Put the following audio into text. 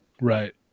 Right